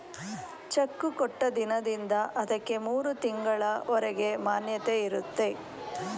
cheque ಕೊಟ್ಟ ದಿನದಿಂದ ಅದಕ್ಕೆ ಮೂರು ತಿಂಗಳು ಹೊರಗೆ ಮಾನ್ಯತೆ ಇರುತ್ತೆ